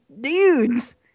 dudes